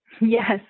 Yes